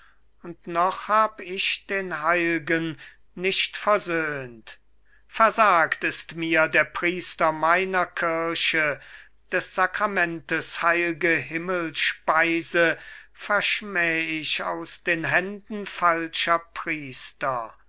und noch hab ich den heil'gen nicht versöhnt versagt ist mir der priester meiner kirche des sakramentes heil'ge himmelspeise verschmäh ich aus den händen falscher priester